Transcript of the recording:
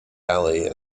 alley